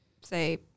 say